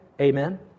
amen